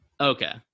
Okay